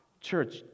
Church